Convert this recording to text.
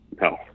No